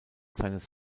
seines